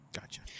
Gotcha